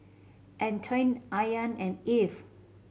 Antoine Ayaan and Eve